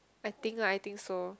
I think lah I think so